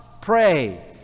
Pray